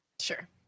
Sure